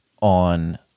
on